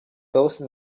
those